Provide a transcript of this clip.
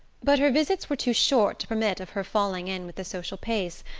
but her visits were too short to permit of her falling in with the social pace,